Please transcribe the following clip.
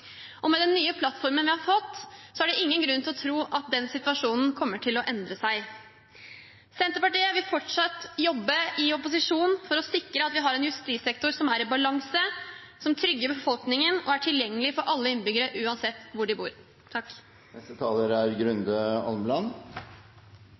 spørsmål. Med den nye plattformen vi har fått, er det ingen grunn til å tro at den situasjonen kommer til å endre seg. Senterpartiet vil fortsatt jobbe i opposisjon for å sikre at vi har en justissektor som er i balanse, som trygger befolkningen, og som er tilgjengelig for alle innbyggere, uansett hvor de bor.